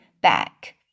back